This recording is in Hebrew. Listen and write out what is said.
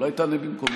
אולי תענה במקומו?